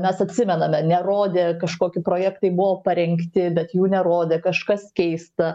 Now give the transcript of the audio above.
mes atsimename ne rodė kažkoki projektai buvo parengti bet jų nerodė kažkas keista